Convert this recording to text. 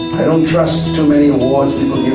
don't trust too many awards people